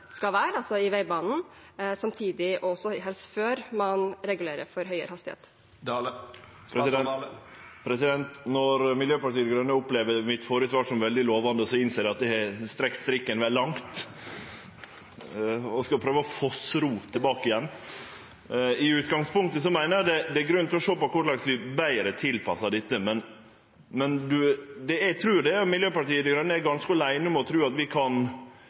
skal være, altså i veibanen, samtidig som, og helst før, man regulerer for høyere hastighet. Når Miljøpartiet Dei Grøne opplever det førre svaret mitt som veldig lovande, innser eg at eg har strekt strikken vel langt, og skal prøve å fossro tilbake igjen! I utgangspunktet meiner eg at det er grunn til å sjå på korleis vi betre tilpassar dette, men eg trur at Miljøpartiet Dei Grøne er ganske åleine om å tru at vi kan